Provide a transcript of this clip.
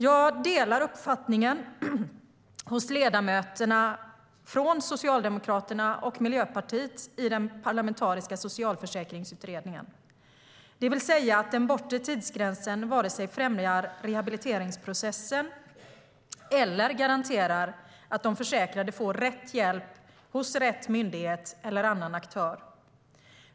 Jag delar uppfattningen hos ledamöterna från Socialdemokraterna och Miljöpartiet i den parlamentariska socialförsäkringsutredningen, det vill säga att den bortre tidsgränsen inte vare sig främjar rehabiliteringsprocessen eller garanterar att de försäkrade får rätt hjälp hos rätt myndighet eller annan aktör.